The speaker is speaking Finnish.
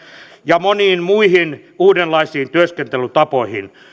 ja moniin muihin uudenlaisiin työskentelytapoihin